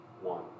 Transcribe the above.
One